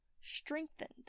strengthened